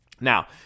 Now